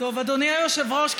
אדוני היושב-ראש,